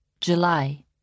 July